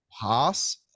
pass